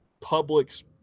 public's